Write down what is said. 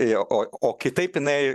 jo o o kitaip jinai